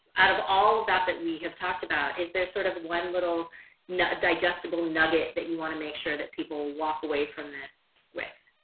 out of all of that that we have talked about. is there sort of one little digestible nugget that you want to make sure that people walk away from this with?